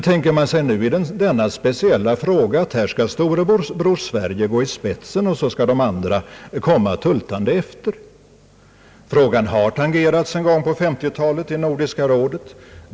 Tänker man sig nu i denna speciella fråga att storebror Sverige skall gå i spetsen, medan de andra skall komma tultande efter? Frågan har tangerats en gång på 1950-talet i Nordiska rådet.